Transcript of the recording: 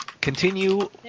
continue